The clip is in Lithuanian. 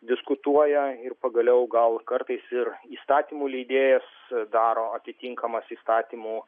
diskutuoja ir pagaliau gal kartais ir įstatymų leidėjas daro atitinkamas įstatymų